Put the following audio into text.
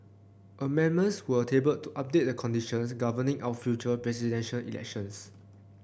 amendments were tabled to update the conditions governing our future Presidential Elections